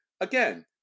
again